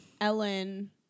ellen